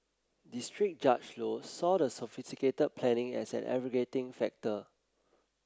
district Judge Low saw the sophisticated planning as an aggravating factor